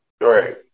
Right